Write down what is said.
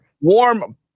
Warm